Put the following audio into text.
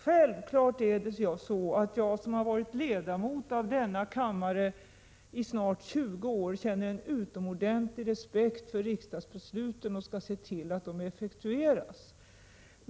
Självklart känner jag, som har varit ledamot av denna kammare i snart 20 år, en utomordentligt stor respekt för riksdagens beslut och skall se till att de effektueras.